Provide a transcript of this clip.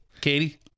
Katie